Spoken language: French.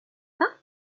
pas